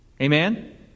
Amen